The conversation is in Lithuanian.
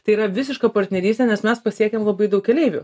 tai yra visiška partnerystė nes mes pasiekiam labai daug keleivių